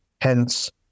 Hence